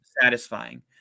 satisfying